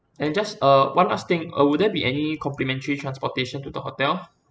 and just uh one last thing uh would there be any complimentary transportation to the hotel